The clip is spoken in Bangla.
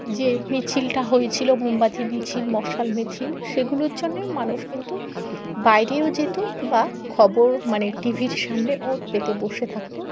যে মিছিলটা হয়েছিল মোমবাতি মিছিল মশাল মিছিল সেগুলোর জন্যে মানুষ কিন্তু বাইরেও যেত বা খবর মানে টিভির সামনে ওত পেতে বসে থাকত